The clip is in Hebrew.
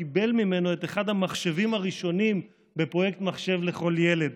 שקיבל ממנו את אחד המחשבים הראשונים בפרויקט מחשב לכל ילד,